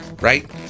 right